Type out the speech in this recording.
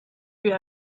für